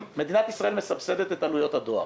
מדינת ישראל מסבסדת עבור היצרן הסיני את עלויות הדואר,